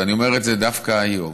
ואני אומר את זה דווקא היום,